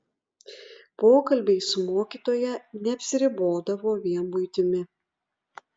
pokalbiai su mokytoja neapsiribodavo vien buitimi